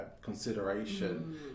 consideration